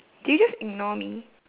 did you just ignore me